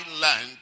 land